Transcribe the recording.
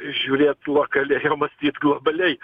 žiūrėt lokaliai o mąstyt globaliai